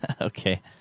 Okay